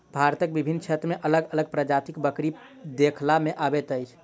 भारतक विभिन्न क्षेत्र मे अलग अलग प्रजातिक बकरी देखबा मे अबैत अछि